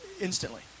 instantly